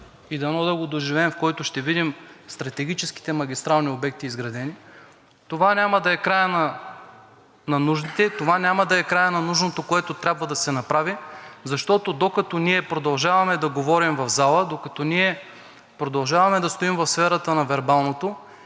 и дано да го доживеем, в който ще видим стратегическите магистрални обекти изградени, това няма да е краят на нуждите. Това няма да е краят на нужното, което трябва да се направи. Защото, докато ние продължаваме да говорим в залата, докато ние продължаваме да стоим в сферата на вербалното